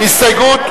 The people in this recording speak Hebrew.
הסתייגות,